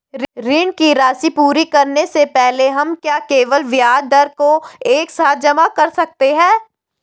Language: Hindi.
ऋण की राशि पूरी करने से पहले हम क्या केवल ब्याज दर को एक साथ जमा कर सकते हैं?